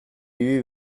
ibili